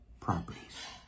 properties